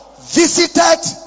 visited